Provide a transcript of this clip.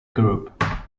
group